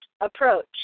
approach